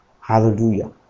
hallelujah